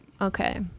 Okay